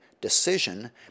decision